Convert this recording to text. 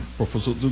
professor